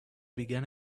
began